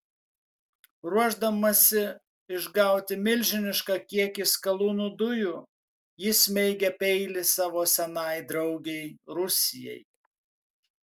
ruošdamasi išgauti milžinišką kiekį skalūnų dujų ji smeigia peilį savo senai draugei rusijai